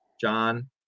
John